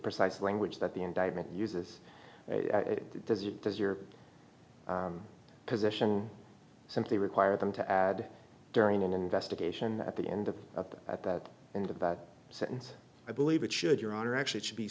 precise language that the indictment uses it does it does your position simply require them to add during an investigation at the end of up at that end of that sentence i believe it should your honor actually it should be